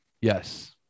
Yes